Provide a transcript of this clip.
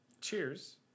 cheers